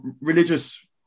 religious